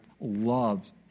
loves